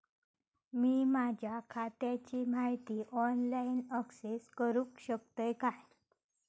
मी माझ्या खात्याची माहिती ऑनलाईन अक्सेस करूक शकतय काय?